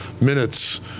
minutes